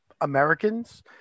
Americans